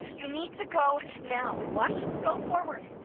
you need to go, now! what? go forward,